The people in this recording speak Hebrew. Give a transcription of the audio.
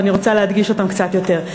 ואני רוצה להדגיש אותן קצת יותר.